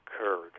occurred